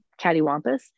cattywampus